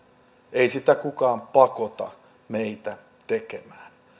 ei sitä kukaan pakota meitä tekemään